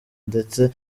ndetse